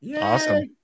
Awesome